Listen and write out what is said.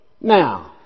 Now